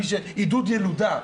עידוד ילודה.